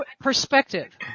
perspective